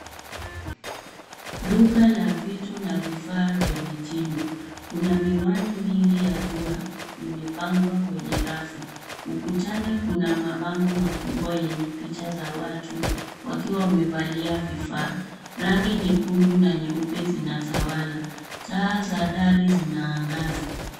Duka la vitu na vifaa vya mitindo, kuna miwani mingi ya jua imepangwa kwenye rafu, ukutani kuna mabango makubwa yenye picha za watu wakiwa wamevalia vifaa, rangi nyekundu na nyeupe zinatawala, taa za dari zinaangaza.